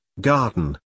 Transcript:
garden